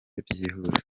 byihuse